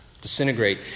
disintegrate